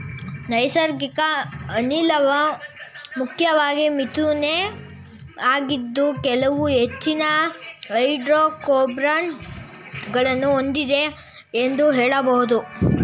ನೈಸರ್ಗಿಕ ಅನಿಲವು ಮುಖ್ಯವಾಗಿ ಮಿಥೇನ್ ಆಗಿದ್ದು ಕೆಲವು ಹೆಚ್ಚಿನ ಹೈಡ್ರೋಕಾರ್ಬನ್ ಗಳನ್ನು ಹೊಂದಿದೆ ಎಂದು ಹೇಳಬಹುದು